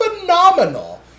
phenomenal